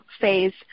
phase